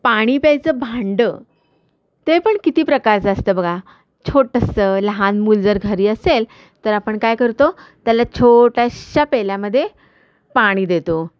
पाणी प्यायचं भांडं ते पण किती प्रकारचं असतं बघा छोटंसं लहान मुल जर घरी असेल तर आपण काय करतो त्याला छोट्याशा पेल्यामध्ये पाणी देतो